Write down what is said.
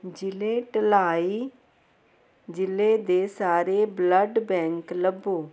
ਜ਼ਿਲ੍ਹੇ ਢਲਾਈ ਜ਼ਿਲ੍ਹੇ ਦੇ ਸਾਰੇ ਬਲੱਡ ਬੈਂਕ ਲੱਭੋ